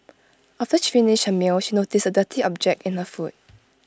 after she finished her meal she noticed A dirty object in her food